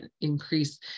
increase